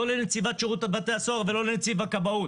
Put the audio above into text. לא לנציבת שירות בתי הסוהר ולא לנציב הכבאות.